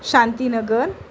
Shantinagar